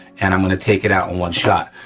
and i'm gonna take it out one shot.